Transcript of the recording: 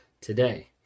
today